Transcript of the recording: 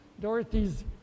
Dorothy's